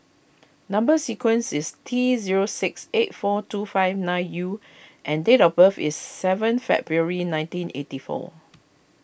Number Sequence is T zero six eight four two five nine U and date of birth is seven February nineteen eighty four